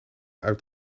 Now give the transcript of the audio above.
uit